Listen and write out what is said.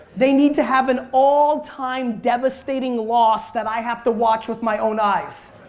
they need to have an all time devastating loss that i have to watch with my own eyes.